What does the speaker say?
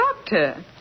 Doctor